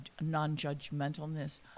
non-judgmentalness